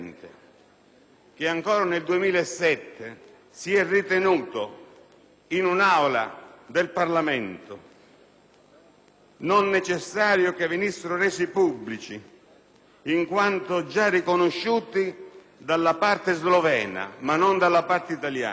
che ancora nel 2007 in un'Aula del Parlamento si è ritenuto non necessario che venissero resi pubblici in quanto già riconosciuti dalla parte slovena, ma non dalla parte italiana,